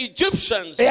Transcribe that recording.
Egyptians